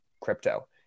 crypto